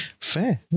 Fair